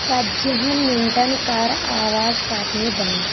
ژتجہن مِنٹن کر آواز کرنہِ بند